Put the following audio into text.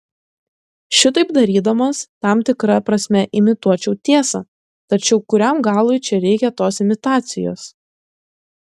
šitaip darydamas tam tikra prasme imituočiau tiesą tačiau kuriam galui čia reikia tos imitacijos